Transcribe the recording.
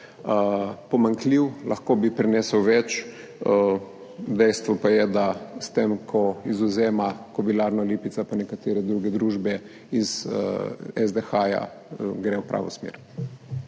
pomanjkljiv, lahko bi prinesel več. Dejstvo pa je, da s tem, ko izvzema Kobilarno Lipica pa nekatere druge družbe iz SDH, gre v pravo smer.